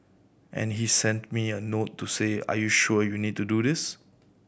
and he sent me a note to say are you sure you need to do this